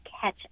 catch